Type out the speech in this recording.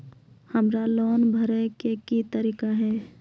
हमरा लोन भरे के की तरीका है?